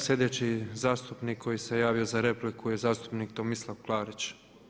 Sljedeći zastupnik koji se javio za repliku je zastupnik Tomislav Klarić.